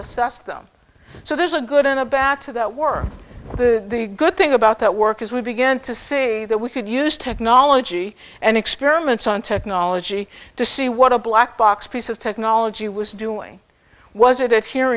assess them so there's a good and a back to that were the good thing about that work as we began to say that we could use technology and experiments on technology to see what a black box piece of technology was doing was it i